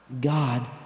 God